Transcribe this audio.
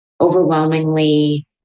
overwhelmingly